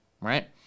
right